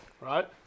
right